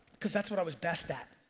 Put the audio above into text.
cause that's what i was best at.